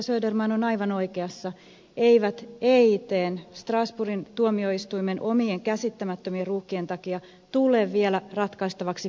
söderman on aivan oikeassa eivät eitn strasbourgin tuomioistuimen omien käsittämättömien ruuhkien takia tule vielä ratkaistavaksi pitkään aikaan